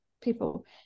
people